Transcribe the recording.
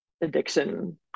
addiction